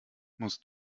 musst